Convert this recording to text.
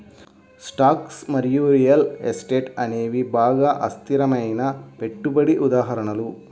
stocks మరియు real estate అనేవి బాగా అస్థిరమైన పెట్టుబడికి ఉదాహరణలు